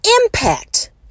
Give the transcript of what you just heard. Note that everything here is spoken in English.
impact